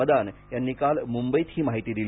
मदान यांनी काल मुंबईत ही माहिती दिली